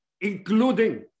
including